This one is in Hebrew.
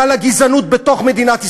גל הגזענות בתוך מדינת ישראל.